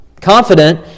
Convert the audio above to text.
Confident